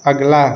अगला